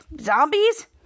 zombies